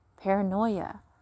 Paranoia